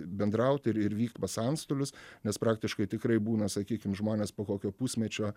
bendrauti ir ir vykt pas antstolius nes praktiškai tikrai būna sakykim žmonės po kokio pusmečio